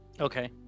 Okay